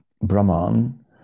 Brahman